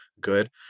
good